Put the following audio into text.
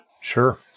Sure